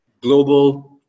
global